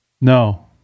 No